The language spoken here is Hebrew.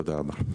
תודה רבה.